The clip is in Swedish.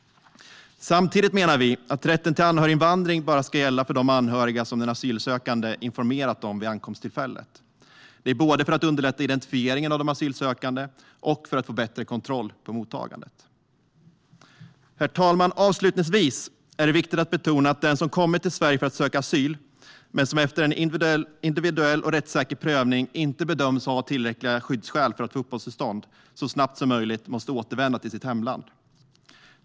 Samtidigt menar vi att rätten till anhöriginvandring bara ska gälla för de anhöriga som den asylsökande har informerat om vid ankomsttillfället. Det är både för att underlätta identifieringen av de asylsökande och för att få bättre kontroll på mottagandet. Herr talman! Avslutningsvis är det viktigt att betona att den som har kommit till Sverige för att söka asyl men som efter en individuell och rättssäker prövning inte bedöms ha tillräckliga skyddsskäl för att få uppehållstillstånd så snabbt som möjligt måste återvända till sitt hemland.